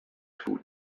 school